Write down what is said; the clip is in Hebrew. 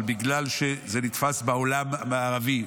אבל בגלל שזה נתפס בעולם המערבי,